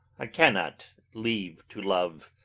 i cannot leave to love,